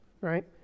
right